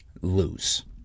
lose